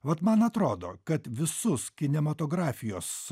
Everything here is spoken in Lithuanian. vat man atrodo kad visus kinematografijos